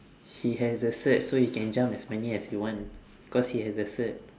he has the cert so he can jump as many as he want cause he has the cert